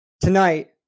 Tonight